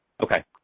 Okay